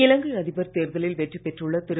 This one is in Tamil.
இலங்கை அதிபர் தேர்தவில் வெற்றி பெற்றுள்ள திரு